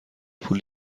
پولی